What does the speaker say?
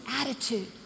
attitude